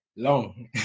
long